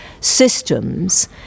systems